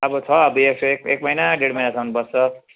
अब छ अब यस्तै एक महिना डेड महिनासम्म बस्छ